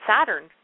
Saturn